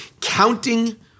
Counting